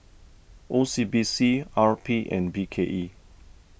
O C B C R P and B K E